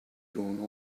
going